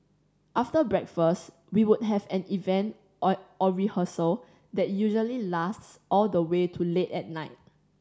after breakfast we would have an event or or rehearsal that usually lasts all the way to late at night